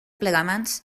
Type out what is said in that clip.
plegamans